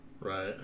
Right